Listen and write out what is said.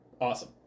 Awesome